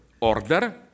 order